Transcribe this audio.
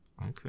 Okay